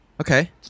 Okay